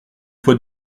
fois